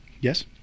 Yes